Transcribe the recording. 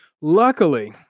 luckily